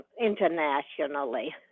internationally